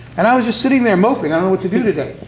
and i was just sitting there moping, i don't what to do today.